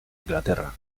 inglaterra